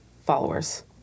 followers